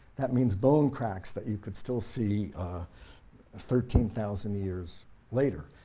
that means bone cracks that you could still see thirteen thousand years later,